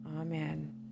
Amen